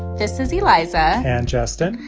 this is eliza. and justin.